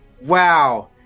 Wow